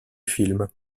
film